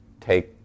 take